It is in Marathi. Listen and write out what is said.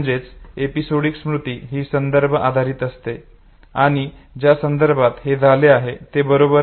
म्हणजेच एपिसोडिक स्मृती ही संदर्भ आधारित असते आणि ज्या संदर्भात हे झाले आहे ते बरोबर